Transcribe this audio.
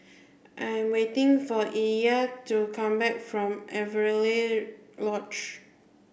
I am waiting for Illya to come back from Avery Lodge